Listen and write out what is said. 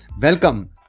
welcome